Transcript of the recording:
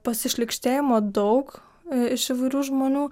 pasišlykštėjimo daug iš įvairių žmonių